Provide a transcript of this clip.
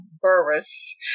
Burris